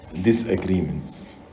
disagreements